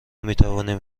میتوانیم